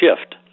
shift